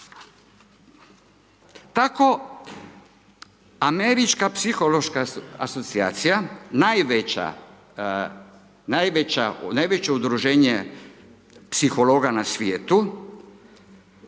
Tako Američka psihološka asocijacija najveće udruženje psihologa na svijetu